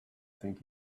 think